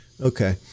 Okay